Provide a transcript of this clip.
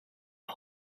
een